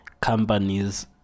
companies